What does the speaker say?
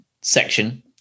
section